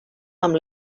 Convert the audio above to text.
amb